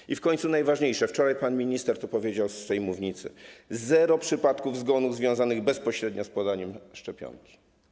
I w końcu najważniejsze - wczoraj pan minister to powiedział z tej mównicy - zero przypadków zgonów związanych bezpośrednio z podaniem szczepionki.